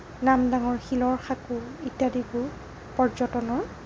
নামডাঙৰ শিলৰ সাঁকো ইত্যাদিবোৰ পৰ্যটনৰ